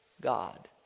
God